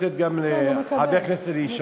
אני אחתור לסיום כי אני רוצה לתת גם לחבר הכנסת אלי ישי.